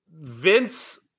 Vince